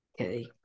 Okay